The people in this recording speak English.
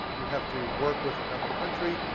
you have to work with another country.